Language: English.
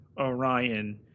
orion